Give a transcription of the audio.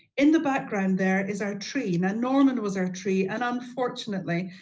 in the background there is our tree. and norman was our tree and unfortunately,